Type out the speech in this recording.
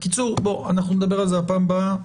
בקיצור, אנחנו נדבר על זה בפעם הבאה.